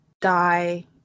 die